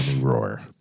Roar